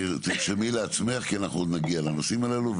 תרשמי לעצמך, כי אנחנו נגיע לנושאים הללו.